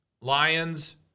lions